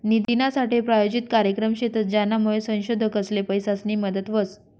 निधीनासाठे प्रायोजित कार्यक्रम शेतस, ज्यानामुये संशोधकसले पैसासनी मदत व्हस